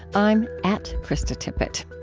i'm at kristatippett.